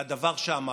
והדבר שאמרתי,